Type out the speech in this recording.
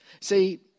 See